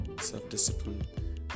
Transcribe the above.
self-discipline